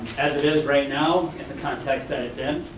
as it is right now, in the context that it's in.